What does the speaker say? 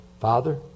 Father